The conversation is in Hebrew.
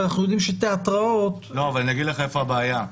ואנחנו יודעים שתיאטראות --- אני אומר לך היכן הבעיה.